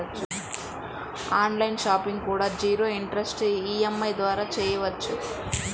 on line shopping కూడా zero interest EMI ద్వారా చెయ్యొచ్చు